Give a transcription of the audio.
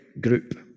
group